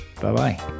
Bye-bye